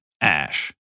ash